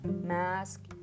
mask